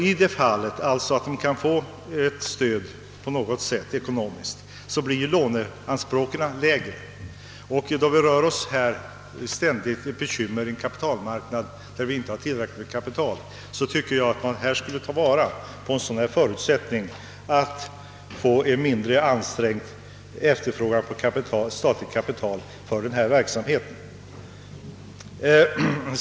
I det fall, att de kan få ett ekonomiskt stöd på annat sätt, blir låneanspråken lägre. Då vi rör oss med ständiga bekymmer i en kapitalmarknad, där det inte finns tillräckligt med utrymme, tycker jag att man skulle ta vara på en sådan möjlighet att minska efterfrågan på statligt kapital för denna verksamhet.